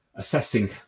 assessing